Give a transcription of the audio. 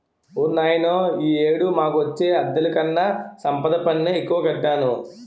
ఓర్నాయనో ఈ ఏడు మాకొచ్చే అద్దెలుకన్నా సంపద పన్నే ఎక్కువ కట్టాను